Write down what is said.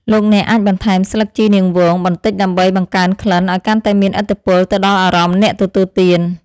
លោកអ្នកអាចបន្ថែមស្លឹកជីរនាងវងបន្តិចដើម្បីបង្កើនក្លិនឱ្យកាន់តែមានឥទ្ធិពលទៅដល់អារម្មណ៍អ្នកទទួលទាន។